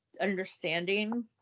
understanding